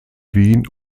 wien